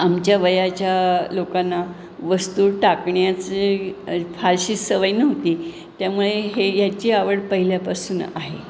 आमच्या वयाच्या लोकांना वस्तू टाकण्याचे फारशी सवय नव्हती त्यामुळे हे याची आवड पहिल्यापासून आहे